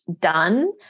done